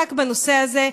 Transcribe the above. שעסק בנושא הזה,